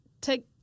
take